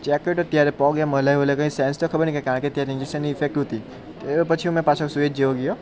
check કર્યું તો ત્યારે પગ આમ હલાવ હલાવ કર્યુ સેન્સ તો ખબર નહીં કે કારણ કે તે ઇન્જેકશનની ઇફેક્ટ હતી તો પછી મે પાછો સૂઈ જેવો ગયો